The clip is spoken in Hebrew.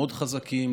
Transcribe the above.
לעמוד חזקים,